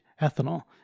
ethanol